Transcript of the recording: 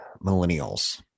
millennials